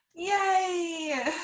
Yay